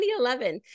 2011